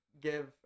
give